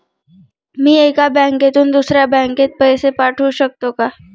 मी एका बँकेतून दुसऱ्या बँकेत पैसे पाठवू शकतो का?